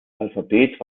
alphabet